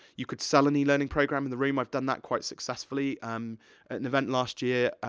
you could sell an elearning programme in the room, i've done that quite successfully. um at an event last year,